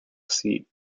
seat